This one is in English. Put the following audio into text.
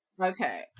okay